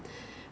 mm